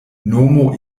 nomo